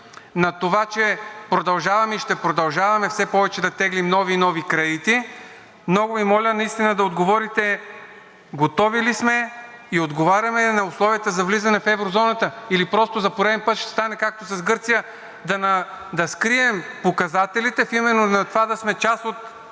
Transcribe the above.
на това, че продължаваме и ще продължаваме все повече да теглим нови и нови кредити, много Ви моля наистина да отговорите: готови ли сме и отговаряме ли на условията за влизане в еврозоната, или просто за пореден път ще стане, както с Гърция, да скрием показателите в името на това да сме част от